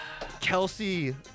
Kelsey